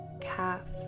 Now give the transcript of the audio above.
calf